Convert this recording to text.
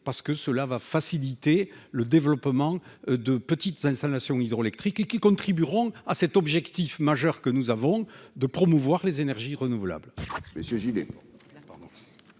parce que cela va faciliter le développement de petites installations hydroélectriques qui contribueront à cet objectif majeur que nous avons de promouvoir les énergies renouvelables